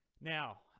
Now